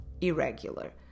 irregular